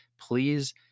please